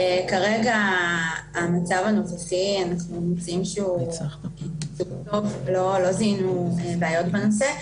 כרגע המצב הנוכחי אנחנו מוצאים שלא זיהינו בעיות בנושא.